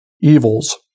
evils